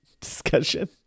discussion